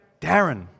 Darren